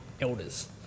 elders